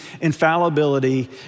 infallibility